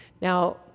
Now